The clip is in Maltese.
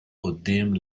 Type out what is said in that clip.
quddiem